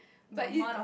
but is that